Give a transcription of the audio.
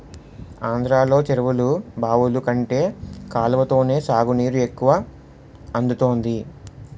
ఆంధ్రలో చెరువులు, బావులు కంటే కాలవతోనే సాగునీరు ఎక్కువ అందుతుంది